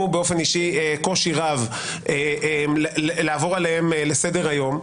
באופן אישי קושי רב לעבור עליהם לסדר היום.